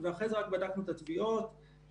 עד תחילת הסגר הנוכחי ועכשיו אינם עובדים,